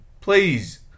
please